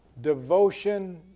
devotion